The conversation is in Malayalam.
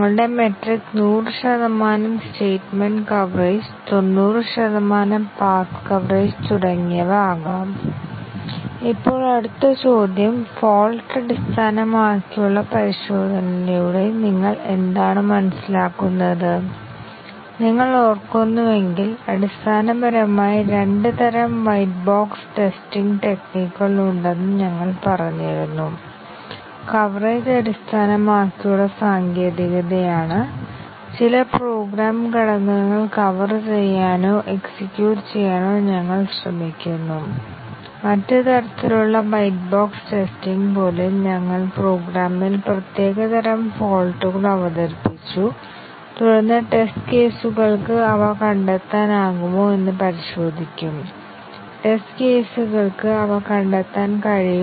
ഓരോ സ്ട്രക്ചർഡ് പ്രോഗ്രാമിലും മൂന്ന് തരം സ്റ്റേറ്റ്മെന്റുകൾ അടങ്ങിയിരിക്കുന്നുവെന്ന് നാം അറിയേണ്ടതുണ്ട് അടുത്ത സ്റ്റേറ്റ്മെന്റ് എക്സിക്യൂട്ട് ചെയ്യുമ്പോൾ ഒരു സ്റ്റേറ്റ്മെന്റിന്റെ സീക്വൻസ് തരം സ്റ്റേറ്റ്മെന്റുകൾ അവ സീക്വൻസ് തരം സ്റ്റേറ്റ്മെന്റാണെങ്കിലും എക്സിക്യൂട്ട് ചെയ്യുന്നു സെലക്ഷൻ തരം സ്റ്റേറ്റ്മെന്റുകളാണെങ്കിൽ ഇവ മാറുകയാണെങ്കിൽ അവ സെലക്ഷൻ സ്റ്റേറ്റ്മെന്റുകളും ഐടെറേഷൻ സ്റ്റേറ്റ്മെന്റുകളും ആണ് അവ ഫോർ വൈൽ ടു വൈൽ ലൂപ്പുകൾ മുതലായവ ആണ്